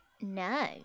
No